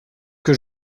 que